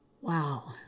Wow